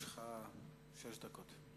יש לך שש דקות.